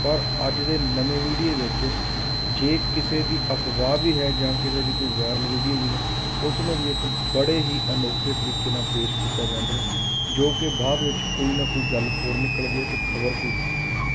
ਪਰ ਅੱਜ ਦੇ ਨਵੇਂ ਮੀਡੀਏ ਵਿੱਚ ਜੇ ਕਿਸੇ ਦੀ ਅਫਵਾਹ ਵੀ ਹੈ ਜਾਂ ਕਿਸੇ ਦੀ ਕੋਈ ਵਾਇਰਲ ਵੀਡੀਓ ਵੀ ਹੈ ਉਸ ਨੂੰ ਵੀ ਇੱਕ ਬੜੇ ਹੀ ਅਨੋਖੇ ਤਰੀਕੇ ਨਾਲ ਪੇਸ਼ ਕੀਤਾ ਜਾਂਦਾ ਹੈ ਜੋ ਕਿ ਬਾਅਦ ਵਿੱਚ ਕੋਈ ਨਾ ਕੋਈ ਗੱਲ ਹੋਰ ਨਿਕਲਦੀ ਹੈ ਅਤੇ ਖਬਰ ਕੋਈ ਹੋਰ ਹੋ ਜਾਂਦੀ